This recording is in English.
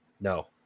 No